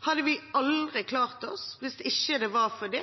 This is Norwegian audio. hadde vi aldri klart oss hvis ikke det var fordi